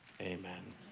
amen